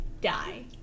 die